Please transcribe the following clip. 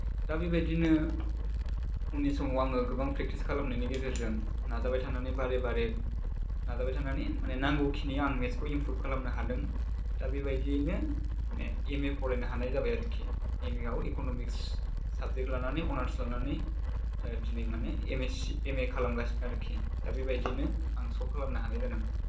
दा बेहायदिनो उननि समाव आङो गोबां फ्रेकथिस खालामनायनि गेजेरजों नाजाबाय थानानै बारे बारे नाजाबाय थानानै माने नांगौ खिनि आं मेत्सखौ इनफ्रुब खालामनो हादों दा बेबादियैनो माने एम ए फरायनो हानाय जाबाय आरखि एम ए आव इक'न'मिक्स साबजेक्ट लानानै अनार्स लानानै दिनै माने M A C M A खालामगासिनो आरखि दा बेबादिनो आं सल्फ खालामनो हानाय जादों